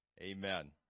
amen